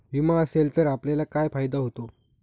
विमा असेल तर आपल्याला काय फायदा होतो?